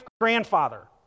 grandfather